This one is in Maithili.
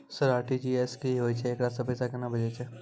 सर आर.टी.जी.एस की होय छै, एकरा से पैसा केना भेजै छै?